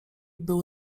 był